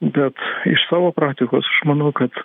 bet iš savo praktikos aš manau kad